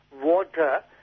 water